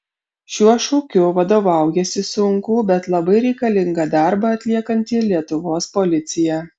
šiuo šūkiu vadovaujasi sunkų bet labai reikalingą darbą atliekanti lietuvos policija